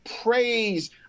praise